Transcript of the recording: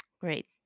Great